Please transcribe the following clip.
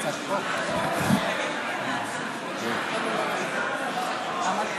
שרת העלייה והקליטה, חבריי חברי הכנסת, אורחים